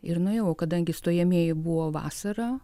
ir nuėjau kadangi stojamieji buvo vasarą